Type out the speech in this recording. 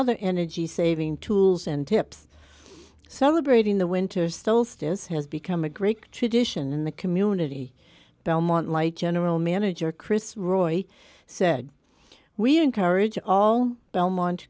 other energy saving tools and tips so liberating the winter still stands has become a great tradition in the community belmont like general manager chris roy said we encourage all belmont